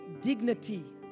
dignity